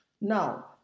Now